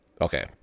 okay